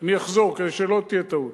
אני אחזור כדי שלא תהיה טעות.